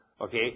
Okay